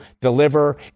deliver